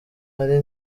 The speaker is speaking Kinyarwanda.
ari